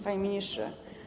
Panie Ministrze!